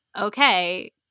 okay